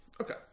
Okay